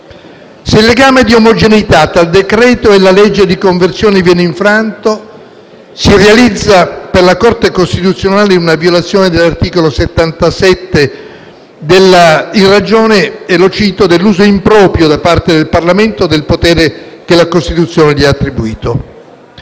Se il legame di omogeneità tra il decreto e la legge di conversione viene infranto, si realizza per la Corte costituzionale una violazione dell'articolo 77 della Costituzione, in ragione - e lo cito - di un «uso improprio, da parte del Parlamento, di un potere che la Costituzione gli attribuisce».